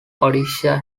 odisha